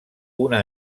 una